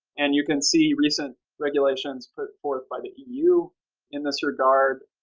and you can see recently regulations put forth by the eu in this regard,